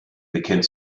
bekennt